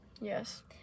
Yes